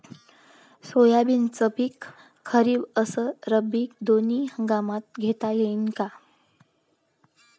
सोयाबीनचं पिक खरीप अस रब्बी दोनी हंगामात घेता येईन का?